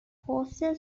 postal